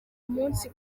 umunsi